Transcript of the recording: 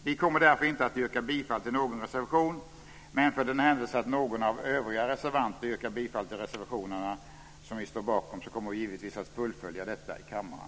Jag kommer därför inte att yrka på godkännande av anmälan i någon reservation, men för den händelse att någon av övriga reservanter gör det när det gäller reservationer som vi står bakom kommer vi givetvis att fullfölja detta i kammaren.